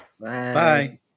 Bye